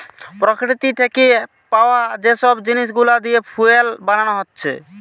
প্রকৃতি থিকে পায়া যে সব জিনিস গুলা দিয়ে ফুয়েল বানানা হচ্ছে